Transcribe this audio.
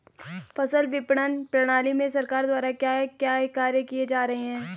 फसल विपणन प्रणाली में सरकार द्वारा क्या क्या कार्य किए जा रहे हैं?